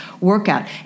workout